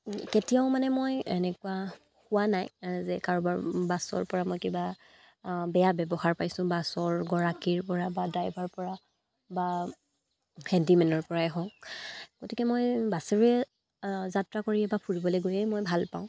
কেতিয়াও মানে মই এনেকুৱা হোৱা নাই যে কাৰোবাৰ বাছৰপৰা মই কিবা বেয়া ব্যৱহাৰ পাইছোঁ বাছৰ গৰাকীৰপৰা বা ড্ৰাইভাৰৰপৰা বা হেণ্ডিমেনৰপৰাই হওক গতিকে মই বাছেৰে যাত্ৰা কৰিয়েই বা ফুৰিবলৈ গৈয়ে মই ভাল পাওঁ